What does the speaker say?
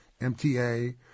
MTA